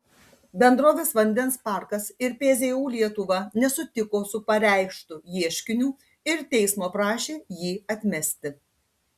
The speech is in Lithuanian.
bendrovės vandens parkas ir pzu lietuva nesutiko su pareikštu ieškiniu ir teismo prašė jį atmesti